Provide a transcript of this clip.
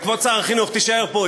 כבוד שר החינוך, תישאר פה.